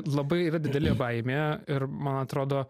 labai yra didelė baimė ir man atrodo